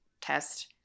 test